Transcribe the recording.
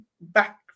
back